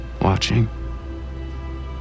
watching